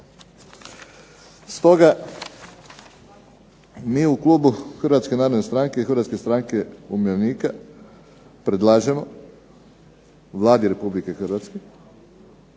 Stoga mi u klubu Hrvatske narodne stranke i Hrvatske stranke umirovljenika predlažemo Vladi Republike Hrvatske